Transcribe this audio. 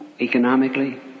economically